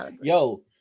Yo